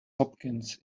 hopkins